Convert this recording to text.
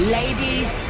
ladies